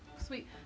Sweet